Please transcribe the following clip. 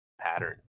pattern